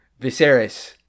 Viserys